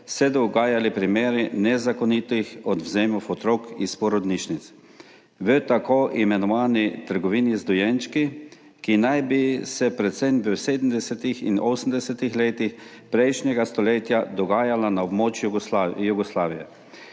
dogajali primeri nezakonitih odvzemov otrok iz porodnišnic v tako imenovani trgovini z dojenčki, ki naj bi se predvsem v 70. in 80. letih prejšnjega stoletja dogajala na območju Jugoslavije.